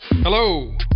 Hello